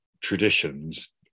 traditions